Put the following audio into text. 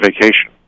vacation